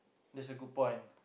that's a good point